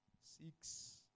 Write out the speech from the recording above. six